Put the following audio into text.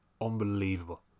unbelievable